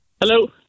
hello